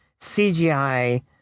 cgi